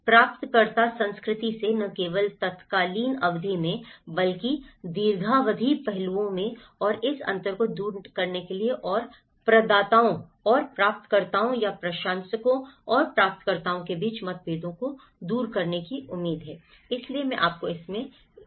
प्राप्तकर्ता संस्कृति से न केवल तात्कालिक अवधि में बल्कि दीर्घावधि पहलुओं में और इस अंतर को दूर करने के लिए और प्रदाताओं और प्राप्तकर्ताओं या प्रशासकों और प्राप्तकर्ताओं के बीच मतभेदों को दूर करने की उम्मीद है इसलिए मैं आपको इसमें मिलाने का प्रयास करूंगा